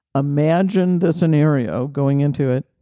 imagine the scenario going into it,